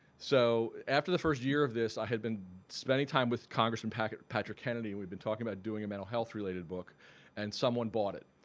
so after the first year of this i had been spending time with congressman patrick patrick kennedy and we've been talking about doing a mental health-related book and someone bought it.